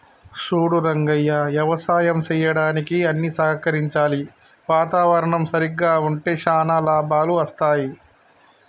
సూడు రంగయ్య యవసాయం సెయ్యడానికి అన్ని సహకరించాలి వాతావరణం సరిగ్గా ఉంటే శానా లాభాలు అస్తాయి